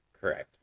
Correct